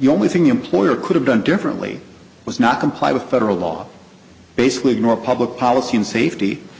the only thing the employer could have done differently was not comply with federal law basically ignore public policy and safety and